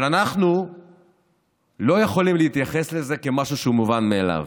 אבל אנחנו לא יכולים להתייחס לזה כמשהו שהוא מובן מאליו,